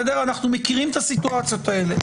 אנחנו מכירים את הסיטואציות האלה.